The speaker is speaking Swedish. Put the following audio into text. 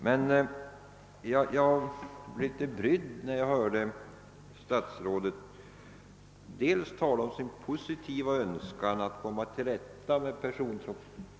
Men jag blev litet brydd när jag hörde statsrådet dels tala om sin positiva önskan att komma till rätta med person.